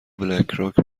بلکراک